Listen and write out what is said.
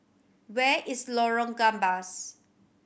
where is Lorong Gambas